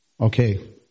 okay